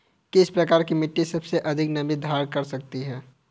किस प्रकार की मिट्टी सबसे अधिक नमी धारण कर सकती है?